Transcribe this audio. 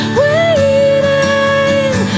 waiting